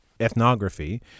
ethnography